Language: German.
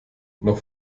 noch